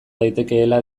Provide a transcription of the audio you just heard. daitekeela